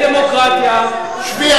אין דמוקרטיה, שבי.